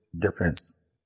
difference